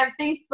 facebook